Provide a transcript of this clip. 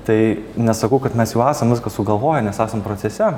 tai nesakau kad mes jau esam viską sugalvoję nes esam procese